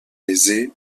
aisée